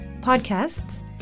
podcasts